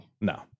No